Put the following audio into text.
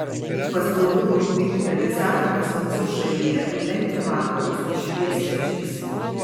paslaugų digitalizavimas mūsų šalyje lenkia vakarus šviesmečiais